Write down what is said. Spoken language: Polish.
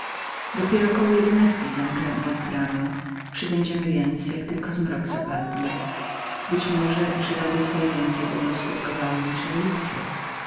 dopiero koło jedenastej zamykają u was bramę przybędziemy więc jak tylko mrok zapadnie być może że rady twoje więcej będą skutkowały niż relikwie